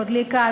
ועוד לי קל,